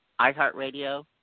iHeartRadio